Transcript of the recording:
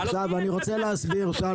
אדוני יודע מה היה אז ומה קורה היום עם הכלכלה.